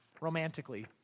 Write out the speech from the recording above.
romantically